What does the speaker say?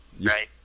right